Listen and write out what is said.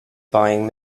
buying